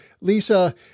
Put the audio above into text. Lisa